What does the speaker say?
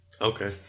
Okay